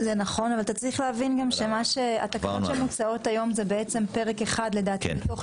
צריך להבין שהתקנות שמוצעות היום זה בעצם פרק אחד מתוך